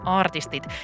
artistit